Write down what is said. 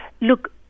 Look